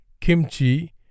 kimchi